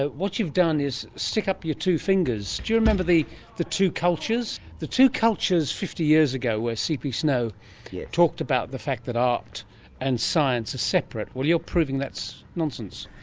ah what you've done is stick up your two fingers. do you remember the the two cultures? the two cultures fifty years ago where cp snow yeah talked about the fact that art and science are separate. well, you're proving that's nonsense.